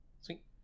Sweet